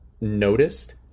noticed